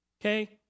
Okay